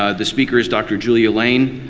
ah the speaker is dr. julia lane.